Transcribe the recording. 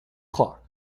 clock